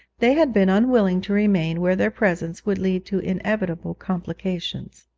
they had been unwilling to remain where their presence would lead to inevitable complications.